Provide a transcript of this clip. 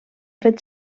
fet